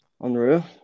Unreal